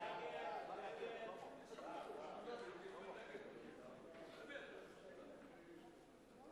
ההצעה להסיר מסדר-היום את הצעת חוק המועצה להשכלה